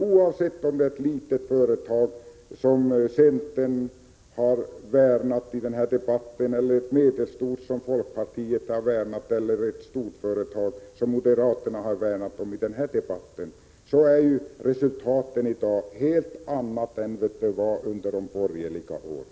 Oavsett om det är ett litet företag, som centern har värnat om i den här debatten, ett medelstort, som folkpartiet har värnat om, eller ett stort, som moderaterna har värnat om, är ju resultaten i dag helt andra än de var under de borgerliga åren.